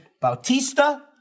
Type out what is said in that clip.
Bautista